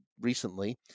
recently